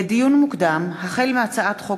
לדיון מוקדם: החל בהצעת חוק